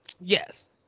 Yes